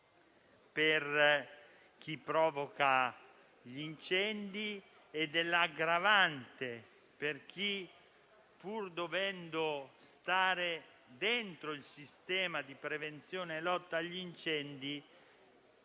per chi provoca gli incendi e dell'aggravante per chi, pur dovendo stare dentro il sistema di prevenzione e lotta agli incendi,